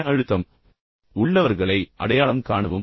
மன அழுத்தம் உள்ளவர்களை அடையாளம் காணவும்